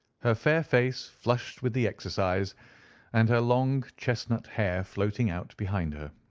her fair face flushed with the exercise and her long chestnut hair floating out behind her.